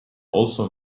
also